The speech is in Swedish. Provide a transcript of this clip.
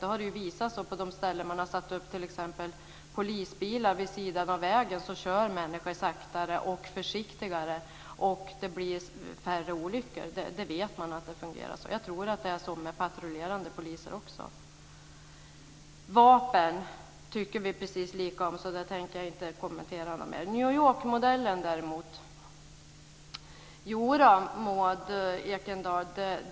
Det har visat sig att på de ställen där man t.ex. har satt upp polisbilar vid sidan av vägen kör människor långsammare och försiktigare, och det blir färre olyckor. Man vet att det fungerar så. Jag tror att det är så också med patrullerande poliser. Vapen tycker vi precis lika om. Det tänker jag inte kommentera något mer. Det gäller däremot inte New York-modellen.